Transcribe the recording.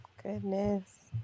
Goodness